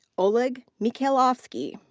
oleg mikhailovskii.